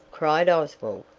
cried oswald.